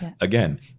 Again